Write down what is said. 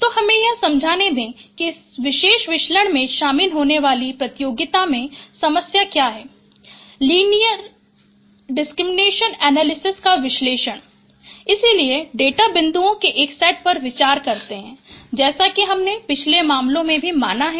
तो हमें यह समझाने दें कि इस विशेष विश्लेषण में शामिल होने वाली प्रतियोगिता में समस्या क्या है फिशर लीनियर डिसक्रिमिनेट एनालिसिस का विश्लेषण इसलिए डेटा बिंदुओं के एक सेट पर विचार करते हैं जैसा कि हमने पिछले मामलों में भी माना है